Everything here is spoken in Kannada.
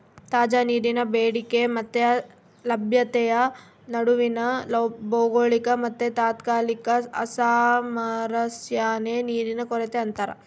ತಾಜಾ ನೀರಿನ ಬೇಡಿಕೆ ಮತ್ತೆ ಲಭ್ಯತೆಯ ನಡುವಿನ ಭೌಗೋಳಿಕ ಮತ್ತುತಾತ್ಕಾಲಿಕ ಅಸಾಮರಸ್ಯನೇ ನೀರಿನ ಕೊರತೆ ಅಂತಾರ